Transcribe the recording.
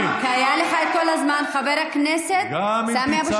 דבריך לא יהיו נכונים.